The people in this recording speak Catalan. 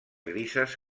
grises